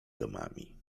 domami